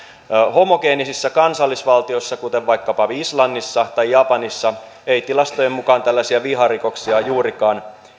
homogeenisissä kansallisvaltioissa kuten vaikkapa islannissa tai japanissa ei tilastojen mukaan tällaisia viharikoksia juurikaan